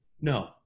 No